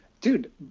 Dude